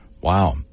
Wow